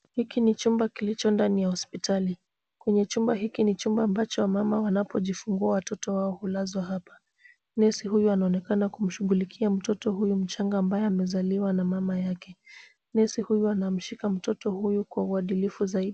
Hiki ni chumba kilicho ndani ya hospitali. Kwenye chumba hiki ni chumba ambacho wamama wanapojifungua watoto wao hulazwa hapa. Nesi huyu anaonekana kumshughulikia mtoto huyu mchanga ambaye amezaliwa na mama yake. Nesi huyu anamshika mtoto huyu kwa uadilifu zaidi.